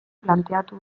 planteatu